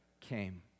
came